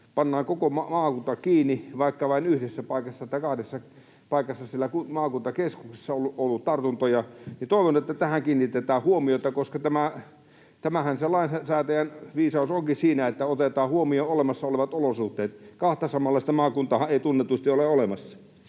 pannaan koko maakunta kiinni, vaikka vain yhdessä tai kahdessa paikassa siellä maakuntakeskuksessa on ollut tartuntoja. Toivon, että tähän kiinnitetään huomiota, koska siinähän se lainsäätäjän viisaus onkin, että otetaan huomioon olemassa olevat olosuhteet. Kahta samanlaista maakuntaahan ei tunnetusti ole olemassa.